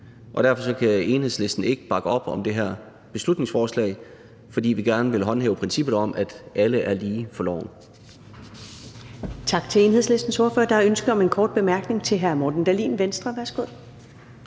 Derfor kan Enhedslisten ikke bakke op om det her beslutningsforslag, for vi vil gerne håndhæve princippet om, at alle er lige for loven.